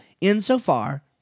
insofar